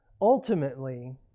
ultimately